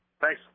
Thanks